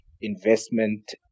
investment